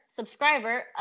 subscriber